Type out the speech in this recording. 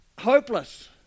hopeless